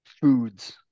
foods